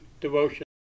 devotion